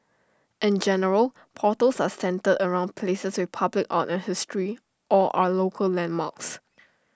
in general portals are centred around places with public art and history or are local landmarks